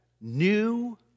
new